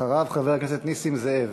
אחריו, חבר הכנסת נסים זאב.